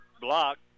block